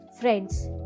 Friends